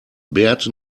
bert